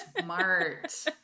smart